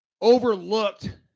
overlooked